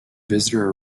visitor